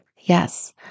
Yes